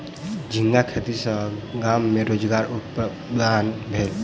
झींगा खेती सॅ गाम में रोजगारक उत्पादन भेल